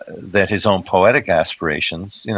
that his own poetic aspirations,